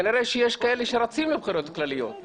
כנראה שיש כאלה שרצים לבחירות הכלליות.